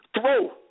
throw